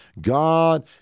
God